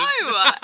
No